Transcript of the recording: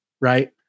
right